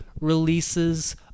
releases